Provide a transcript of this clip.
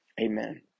amen